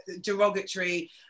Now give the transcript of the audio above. derogatory